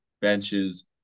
benches